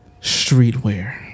streetwear